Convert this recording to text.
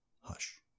hush